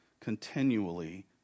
continually